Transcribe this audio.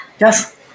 yes